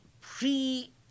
pre-